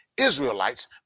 Israelites